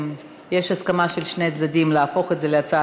יש הסכמה של שני הצדדים להפוך את זה להצעה